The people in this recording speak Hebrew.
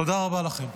תודה רבה לכם.